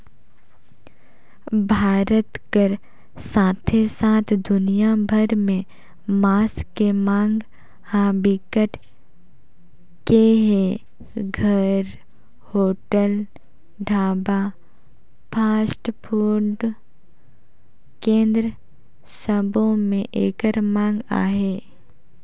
भारत कर साथे साथ दुनिया भर में मांस के मांग ह बिकट के हे, घर, होटल, ढाबा, फास्टफूड केन्द्र सबो में एकर मांग अहे